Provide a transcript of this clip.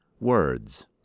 words